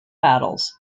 battles